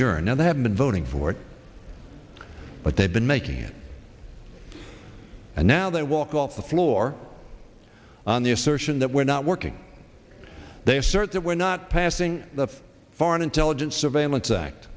now they have been voting for it but they've been making it and now they walk off the floor on the assertion that we're not working they assert that we're not passing the foreign intelligence surveillance act